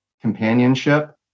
companionship